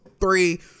three